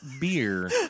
beer